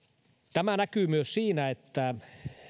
tämä näkyy myös siinä että